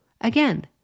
Again